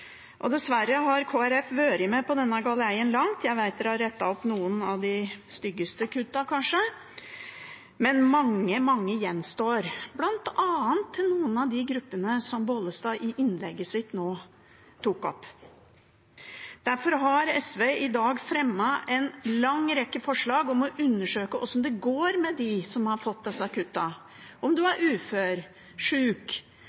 rikeste. Dessverre har Kristelig Folkeparti langt vært med på denne galeien. Jeg vet de har rettet opp kanskje noen av de styggeste kuttene, men mange, mange gjenstår, bl.a. til noen av de gruppene som Bollestad tok opp i innlegget sitt nå. Derfor har SV i dag fremmet en lang rekke forslag om å undersøke hvordan det går med dem som har fått disse kuttene – enten en er